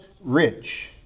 rich